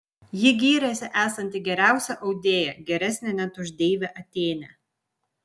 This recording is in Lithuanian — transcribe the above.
ji gyrėsi esanti geriausia audėja geresnė net už deivę atėnę